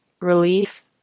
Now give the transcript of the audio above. relief